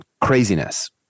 craziness